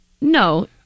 No